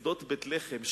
שדות בית-לחם,